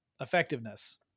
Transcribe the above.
effectiveness